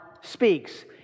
speaks